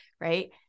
Right